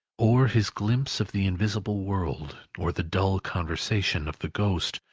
or his glimpse of the invisible world, or the dull conversation of the ghost,